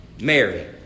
Mary